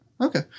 Okay